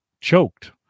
choked